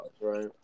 right